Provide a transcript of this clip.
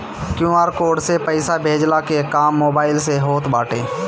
QR code से पईसा भेजला के काम मोबाइल से होत बाटे